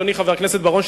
אדוני חבר הכנסת בר-און,